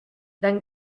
dans